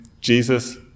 Jesus